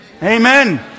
Amen